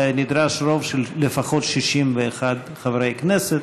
נדרש רוב של לפחות 61 חברי כנסת.